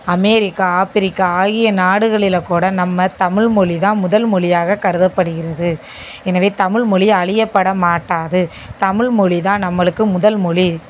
America Africa ஆகிய நாடுகளில் கூட நம்ம தமிழ் மொழி தான் முதல் மொழியாக கருதப்படுகிறது எனவே தமிழ் மொழி அழியப்படமாட்டாது தமிழ் மொழி தான் நம்மளுக்கு முதல் மொழி